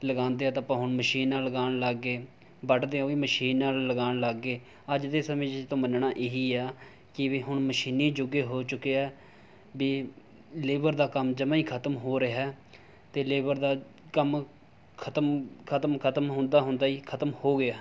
ਲਗਾਉਂਦੇ ਹਾਂ ਤਾਂ ਆਪਾਂ ਹੁਣ ਮਸ਼ੀਨ ਨਾਲ ਲਗਾਉਣ ਲੱਗ ਗਏ ਵੱਢਦੇ ਉਹ ਵੀ ਮਸ਼ੀਨ ਨਾਲ ਲਗਾਉਣ ਲੱਗ ਗਏ ਅੱਜ ਦੇ ਸਮੇਂ 'ਚ ਤਾਂ ਮੰਨਣਾ ਇਹੀ ਆ ਕਿ ਵੀ ਹੁਣ ਮਸ਼ੀਨੀ ਯੁੱਗ ਹੋ ਚੁੱਕਿਆ ਵੀ ਲੇਬਰ ਦਾ ਕੰਮ ਜਮਾ ਹੀ ਖਤਮ ਹੋ ਰਿਹਾ ਅਤੇ ਲੇਬਰ ਦਾ ਕੰਮ ਖਤਮ ਖਤਮ ਖਤਮ ਹੁੰਦਾ ਹੁੰਦਾ ਹੀ ਖਤਮ ਹੋ ਗਿਆ